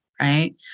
right